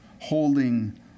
holding